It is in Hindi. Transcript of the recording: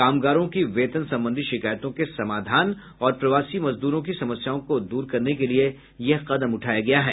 कामगारों की वेतन संबंधी शिकायतों के समाधान और प्रवासी मजदूरों की समस्याओं को दूर करने के लिए यह कदम उठाया गया है